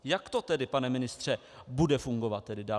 Jak to tedy, pane ministře, bude fungovat dál?